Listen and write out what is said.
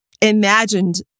imagined